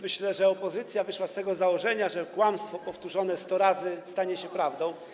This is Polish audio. Myślę, że opozycja wyszła z założenia, że kłamstwo powtórzone 100 razy stanie się prawdą.